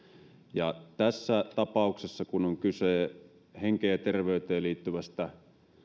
ja tässä tapauksessa kun on kyse henkeen ja terveyteen liittyvästä